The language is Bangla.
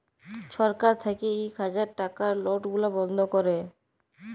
ছরকার থ্যাইকে ইক হাজার টাকার লট গুলা বল্ধ ক্যরে